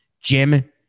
Jim